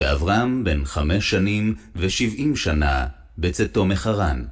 אברהם, בן חמש שנים ושבעים שנה, בצאתו מחרן.